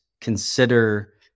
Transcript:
consider